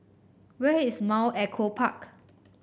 where is Mount Echo Park